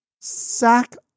Sack